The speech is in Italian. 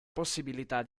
possibilità